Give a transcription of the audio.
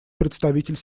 представитель